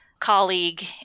colleague